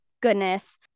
goodness